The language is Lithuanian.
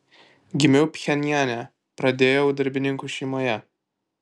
gimiau pchenjane pradėjau darbininkų šeimoje